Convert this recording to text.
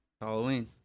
Halloween